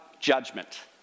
judgment